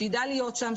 שיידע להיות שם,